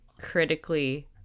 critically